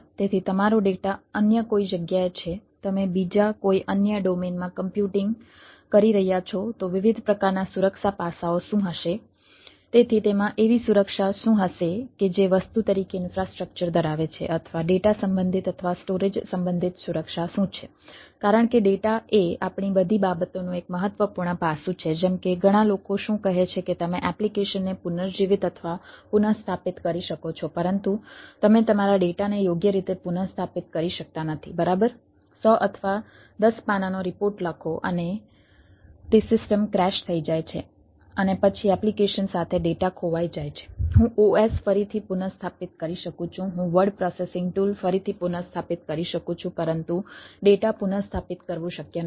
તેથી તમારો ડેટા અન્ય કોઈ જગ્યાએ છે તમે બીજા કોઈ અન્ય ડોમેન ફરીથી પુનઃસ્થાપિત કરી શકું છું પરંતુ ડેટા પુનઃસ્થાપિત કરવું શક્ય નથી